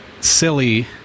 silly